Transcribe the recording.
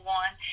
one